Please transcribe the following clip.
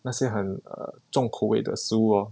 那些很 err 重口味的食物 lor